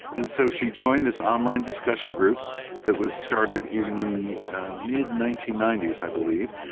and so she joined this online discussion group that was started in the mid nineteen ninety s i believe.